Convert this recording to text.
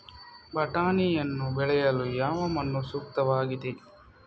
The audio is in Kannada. ಬಟಾಣಿಯನ್ನು ಬೆಳೆಯಲು ಯಾವ ಮಣ್ಣು ಸೂಕ್ತವಾಗಿದೆ?